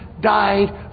died